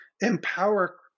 empower